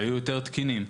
היו יותר תקינים.